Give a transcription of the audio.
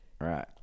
Right